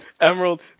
Emerald